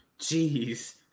Jeez